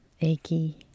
achy